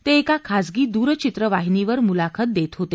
ते एका खाजगी दुरचित्रवाहिनीवर मुलाखत देत होते